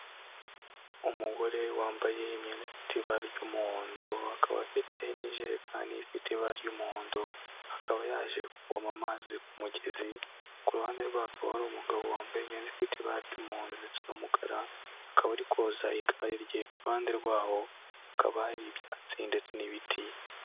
Umugore wambaye imyenda ifite ibara ry'umuhondo akaba afite n'ijerekani ifite ibara ry'umuhondo, akaba yaje kuvoma amazi ku mugezi. Ku ruhande rwa hakaba hari umugabo wambaye imyenda ifite ibara ry'umuhondo ndetse n'umukara, akaba ari koza igare rye. Ku ruhande rwaho hakaba hari ibyatsi ndetse n'ibiti.